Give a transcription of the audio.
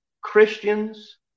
Christians